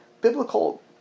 biblical